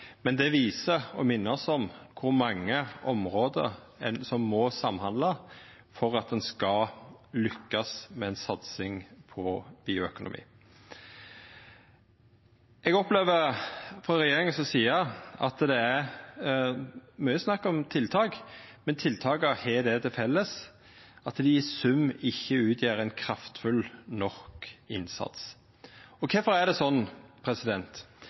Men det viser og minner oss om kor mange område som må samhandla for at ein skal lykkast med ei satsing på bioøkonomi. Eg opplever at det frå regjeringa si side er mykje snakk om tiltak, men tiltaka har til felles at dei i sum ikkje utgjer ein kraftfull nok innsats. Kvifor er det